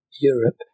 Europe